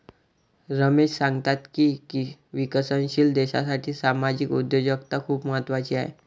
रमेश सांगतात की विकसनशील देशासाठी सामाजिक उद्योजकता खूप महत्त्वाची आहे